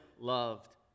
loved